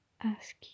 ask